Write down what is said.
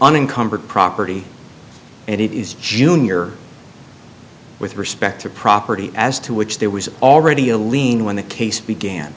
for property and it is junior with respect to property as to which there was already a lien when the case began